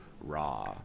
raw